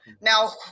Now